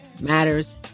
matters